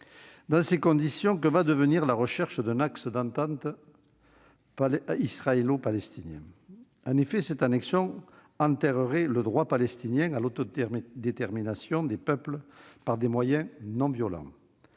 Dans ces conditions, que va devenir la recherche d'un axe d'entente israélo-palestinien ? Cette annexion enterrerait en effet le droit palestinien à l'autodétermination des peuples par des moyens non violents.